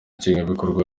nshingwabikorwa